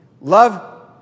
Love